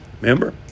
Remember